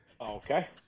Okay